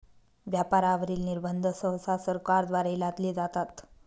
व्यापारावरील निर्बंध सहसा सरकारद्वारे लादले जातात